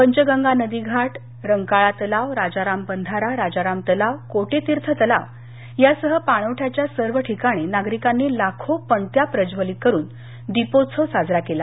पंचगंगा नदी घाट रंकाळा तलाव राजाराम बंधारा राजाराम तलाव कोटीतीर्थ तलाव यासह पाणवठ्याच्या सर्व ठिकाणी नागरिकांनी लाखो पणत्या प्रज्वलित करून दीपोत्सव साजरा केला